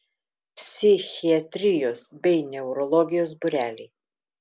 psichiatrijos bei neurologijos būreliai